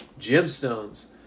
gemstones